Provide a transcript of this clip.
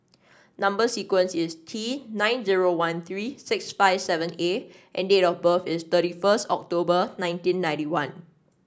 number sequence is T nine zero one three six five seven A and date of birth is thirty first October nineteen ninety one